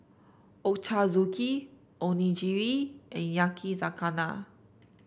Ochazuke Onigiri and Yakizakana